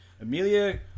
Amelia